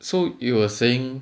so you were saying